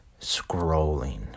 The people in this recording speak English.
scrolling